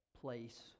place